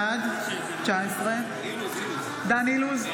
בעד דן אילוז,